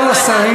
זה מחמיר